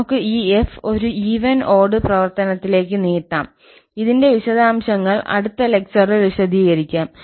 നമുക്ക് ഈ 𝑓 ഒരു ഈവൻ ഓട് പ്രവർത്തനത്തിലേക്ക് നീട്ടാം ഇതിന്റെ വിശദാംശങ്ങൾ അടുത്ത ലെക്ചറിൽ വിശദീകരിക്കും